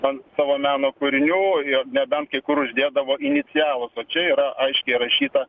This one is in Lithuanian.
ant savo meno kūrinių nebent kai kur uždėdavo inicialus o čia yra aiškiai įrašyta